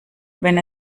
wenn